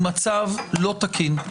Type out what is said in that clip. הוא מצב לא תקין.